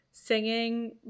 singing